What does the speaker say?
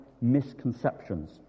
misconceptions